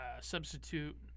Substitute